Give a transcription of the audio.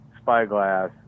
spyglass